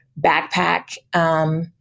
backpack